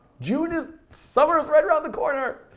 june is, summer's right around the corner!